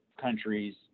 countries